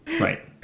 right